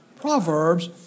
Proverbs